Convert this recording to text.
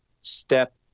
step